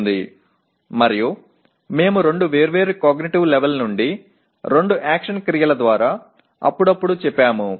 எப்போதாவது இரண்டு வெவ்வேறு அறிவாற்றல் மட்டங்களிலிருந்து இரண்டு செயல் வினைச்சொற்களால் என்று நாம் சொன்னோம்